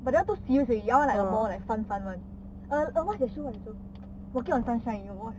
but that one too serious already I want like a more like fun time [one] what's that show on tour walking on sunshine you watch uh